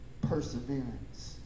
Perseverance